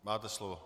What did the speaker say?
Máte slovo.